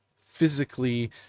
physically